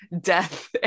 death